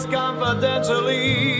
confidentially